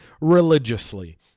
religiously